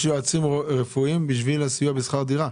יש יועצים רפואיים בשביל הסיוע בשכר דירה?